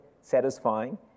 satisfying